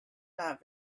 not